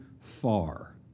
far